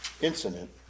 incident